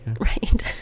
Right